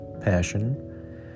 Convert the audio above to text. passion